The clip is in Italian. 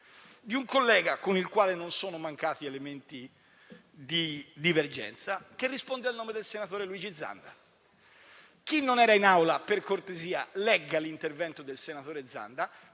di un collega, con il quale non sono mancati elementi di divergenza, che risponde al nome del senatore Luigi Zanda. Chi non era in Aula, per cortesia, legga l'intervento del senatore Zanda.